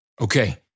Okay